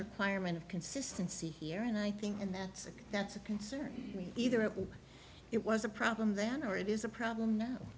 requirement of consistency here and i think that's a that's a concern to me either and it was a problem then or it is a problem now